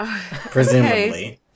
Presumably